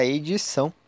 edição